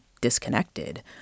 disconnected